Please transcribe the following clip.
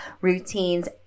routines